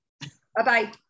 Bye-bye